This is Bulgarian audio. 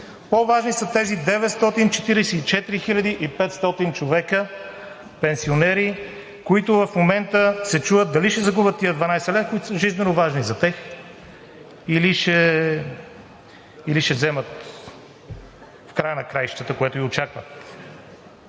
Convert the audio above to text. По-важни са тези 944 500 човека – пенсионери, които в момента се чудят дали ще загубят тези 12 лв., които са жизненоважни за тях, или ще ги вземат в края на краищата, което и очакват.